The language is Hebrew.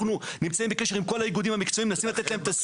אנחנו נמצאים בקשר עם כל האיגודים המקצועיים ומנסים לתת להם.